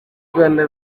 rwanda